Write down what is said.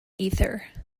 ether